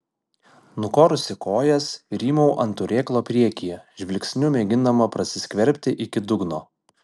nukorusi kojas rymau ant turėklo priekyje žvilgsniu mėgindama prasiskverbti iki dugno